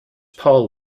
paul